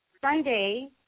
Sunday –